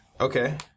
Okay